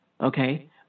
okay